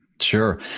Sure